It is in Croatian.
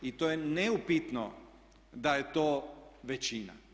I to je neupitno da je to većina.